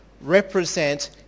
represent